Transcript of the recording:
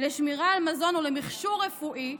לשמירה על מזון ולמכשור רפואי,